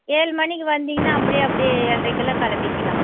ஏழு மணிக்கு வந்திங்கனால் அப்படியே அப்படியே ஏழ்ரைக்கலாம் கிளம்பிக்கலாம்